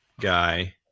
guy